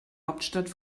hauptstadt